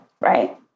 right